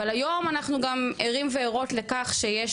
אבל היום אנחנו גם ערים וערות לכך שיש